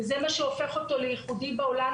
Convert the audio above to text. וזה מה שהופך אותו לייחודי בעולם,